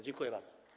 Dziękuję bardzo.